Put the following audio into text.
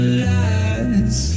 lies